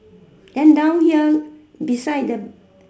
then down here beside the